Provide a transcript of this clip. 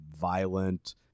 violent